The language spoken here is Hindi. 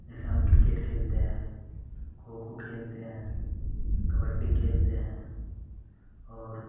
जैसे हम किर्केट खेलते हैं खो खो खेलते हैं कबड्डी खेलते हैं और